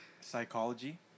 psychology